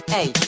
Hey